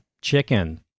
chicken